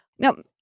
Now